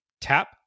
Tap